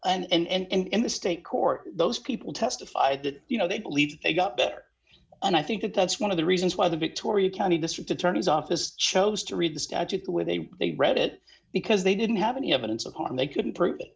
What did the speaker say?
and in the state court those people testified that you know they believe they got better and i think that that's one of the reasons why the victoria county district attorney's office chose to read the statute where they they read it because they didn't have any evidence of harm they couldn't prove it